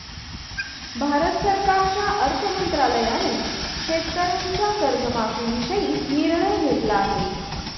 भारत सरकारच्या अर्थ मंत्रालयाने शेतकऱ्यांच्या कर्जमाफीविषयी निर्णय घेतला आहे